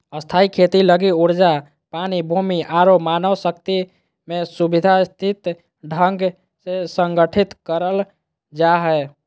स्थायी खेती लगी ऊर्जा, पानी, भूमि आरो मानव शक्ति के सुव्यवस्थित ढंग से संगठित करल जा हय